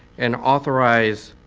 and authorize